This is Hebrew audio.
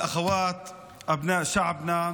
להלן תרגומם: האחים והאחיות בני העם שלנו,